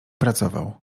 pracował